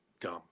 dumb